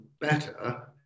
better